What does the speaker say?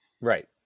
Right